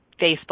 Facebook